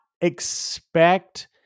expect